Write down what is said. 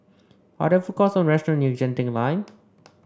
are there food courts or restaurants near Genting Lane